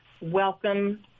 welcome